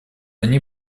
они